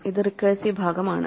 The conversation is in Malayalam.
ഇത് റിക്കേഴ്സീവ് ഭാഗം ആണ്